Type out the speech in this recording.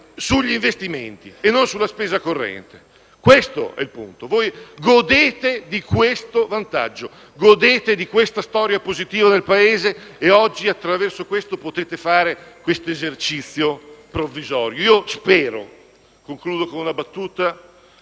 sugli investimenti e non sulla spesa corrente. Questo è il punto. Voi godete di questo vantaggio, di questa storia positiva del Paese e oggi, grazie a questo, potete fare questo esercizio provvisorio. Io spero - concludo con una battuta